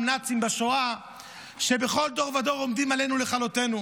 נאצים בשואה "שבכל דור ודור עומדים עלינו לכלותנו".